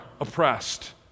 oppressed